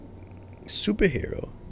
superhero